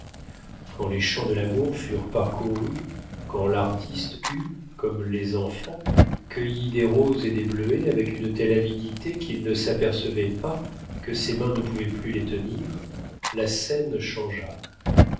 quand les champs de l'amour furent parcourus quand l'artiste eut comme les enfants cueilli des roses et des bluets avec une telle avidité qu'il ne s'apercevait pas que ses mains ne pouvaient plus les tenir la scène changea